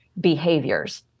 behaviors